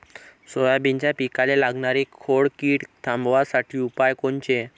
सोयाबीनच्या पिकाले लागनारी खोड किड थांबवासाठी उपाय कोनचे?